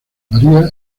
maría